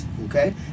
okay